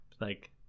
Like-